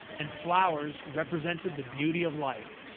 and flowers represented the beauty of life.